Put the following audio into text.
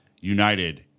United